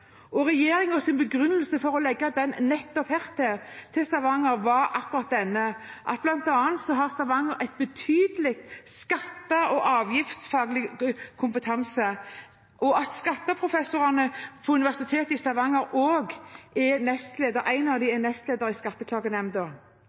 begrunnelse for å legge det til nettopp Stavanger var at Stavanger bl.a. har en betydelig skatte- og avgiftsfaglig kompetanse, og at en av skatteprofessorene ved Universitetet i Stavanger er nestleder